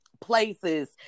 places